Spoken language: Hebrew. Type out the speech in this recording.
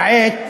כעת,